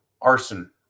arson